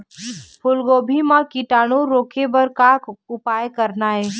फूलगोभी म कीटाणु रोके बर का उपाय करना ये?